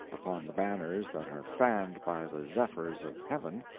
upon the banners that are fanned by the zephyrs of heaven,